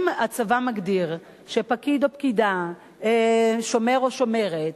אם הצבא מגדיר שפקיד או פקידה, שומר או שומרת,